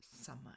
summer